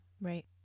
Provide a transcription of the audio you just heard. Right